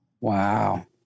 Wow